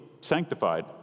sanctified